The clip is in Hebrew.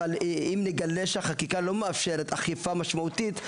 אבל אם נגלה שהחקיקה לא מאפשרת אכיפה משמעותית,